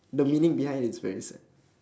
the meaning behind it is very sad